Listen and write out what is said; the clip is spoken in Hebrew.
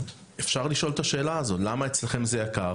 אפשר לשאול את השאלה הזו למה אצלכם זה יקר?